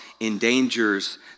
endangers